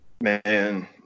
man